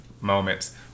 moments